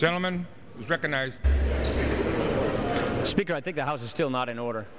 gentleman recognize speaker i think the house is still not an order